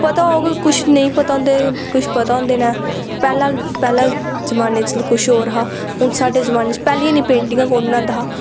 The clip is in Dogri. पता होग कुछ नेईं पता होंदा कुछ पता होंदे न पैह्ले पैह्ले जमान्ने च कुछ होर हा हून साढ़े जमान्ने च पैह्लें इन्नियां पेंटिंगां कु'न बनांदा हा